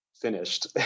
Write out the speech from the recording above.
finished